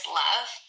love